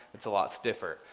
it's a lot stiffer,